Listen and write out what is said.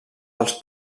dels